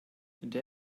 der